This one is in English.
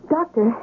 Doctor